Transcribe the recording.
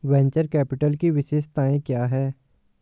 Venture capital की विशेषताएं क्या हैं?